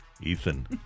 Ethan